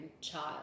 child